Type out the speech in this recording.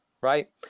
right